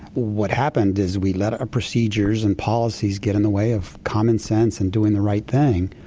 what happened is we let our procedures and policies get in the way of common sense and doing the right thing.